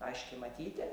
aiškiai matyti